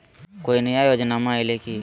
कोइ नया योजनामा आइले की?